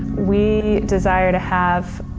we desire to have